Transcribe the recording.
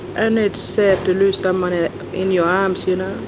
and it's sad to lose somebody in your arms, you know,